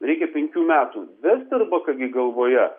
reikia penkių metų vesterbaka gi galvoje